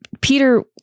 peter